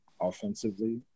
Offensively